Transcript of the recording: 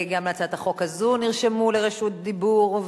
גם להצעת החוק הזאת נרשמו לרשות דיבור.